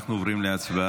אנחנו עוברים להצבעה.